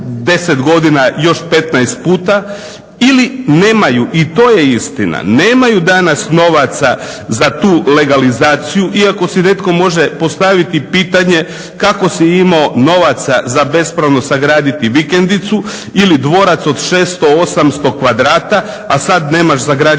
10 godina još 15 puta ili nemaju i to je istina, nemaju danas novaca za tu legalizaciju iako si netko može postaviti pitanje kako si imao novaca za bespravno sagraditi vikendicu ili dvorac od 600, 800 kvadrata, a sad nemaš za građevinsku